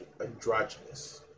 androgynous